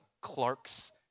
Clarks